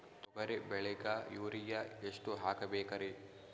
ತೊಗರಿ ಬೆಳಿಗ ಯೂರಿಯಎಷ್ಟು ಹಾಕಬೇಕರಿ?